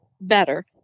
better